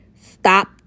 Stop